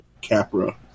Capra